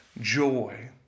joy